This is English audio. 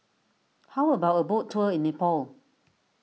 how about a boat tour in Nepal